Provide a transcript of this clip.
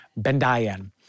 Bendayan